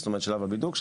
שלב הבידוק,